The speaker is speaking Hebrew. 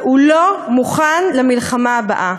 והוא לא מוכן למלחמה הבאה,